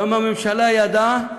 גם הממשלה ידעה